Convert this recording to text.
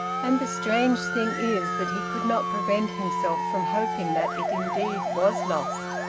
and the strange thing is that he could not prevent himself from hoping that it indeed was lost.